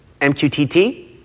MQTT